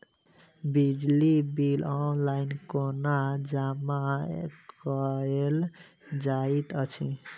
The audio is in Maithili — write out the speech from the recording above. बिजली बिल ऑनलाइन कोना जमा कएल जाइत अछि?